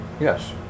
Yes